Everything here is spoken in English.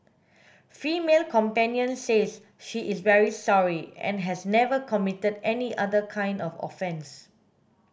female companion says she is very sorry and has never committed any other kind of offence